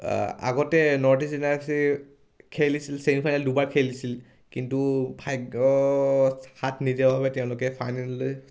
আগতে North East United F C খেলিছিল semifinal দুবাৰ খেলিছিল কিন্তু ভাগ্যই সাঠ নিদিয়া বাবে তেওঁলোকে ফাইনেল